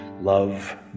Love